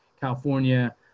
California